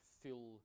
fill